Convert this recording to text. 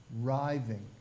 writhing